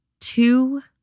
two